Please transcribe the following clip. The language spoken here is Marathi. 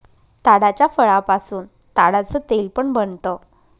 ताडाच्या फळापासून ताडाच तेल पण बनत